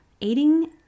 eating